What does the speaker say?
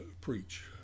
preach